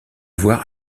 voir